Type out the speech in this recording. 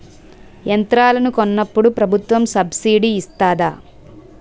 యంత్రాలను కొన్నప్పుడు ప్రభుత్వం సబ్ స్సిడీ ఇస్తాధా?